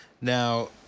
Now